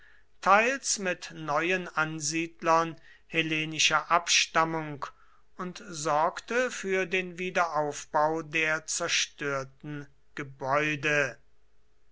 teils mit neuen ansiedlern hellenischer abstammung und sorgte für den wiederaufbau der zerstörten gebäude